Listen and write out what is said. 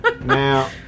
Now